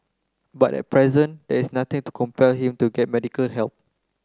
but at present there is nothing to compel him to get medical help